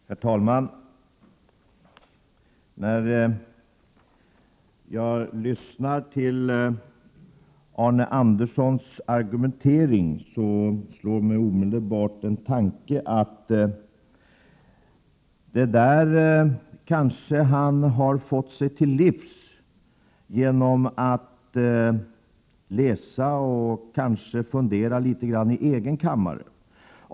Herr talman! När jag lyssnar till Arne Anderssons i Ljung argumentering, slår mig omedelbart tanken att han kanske har fått sig det där till livs genom att läsa och kanske fundera litet grand i egen kammare.